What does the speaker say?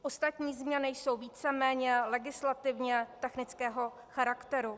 Ostatní změny jsou víceméně legislativně technického charakteru.